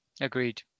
Agreed